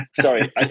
Sorry